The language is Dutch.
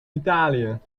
italië